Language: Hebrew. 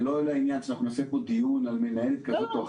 זה לא לעניין שאנחנו נעשה פה דיון על מנהלת כזו או אחרת.